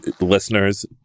listeners